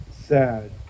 sad